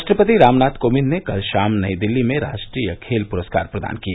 राष्ट्रपति रामनाथ कोविंद ने कल शाम नई दिल्ली में राष्ट्रीय खेल पुरस्कार प्रदान किए